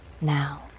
Now